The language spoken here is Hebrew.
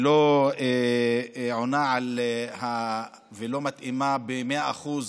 היא לא עונה ולא מתאימה במאה אחוז